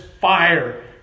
fire